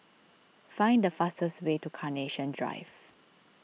find the fastest way to Carnation Drive